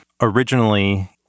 originally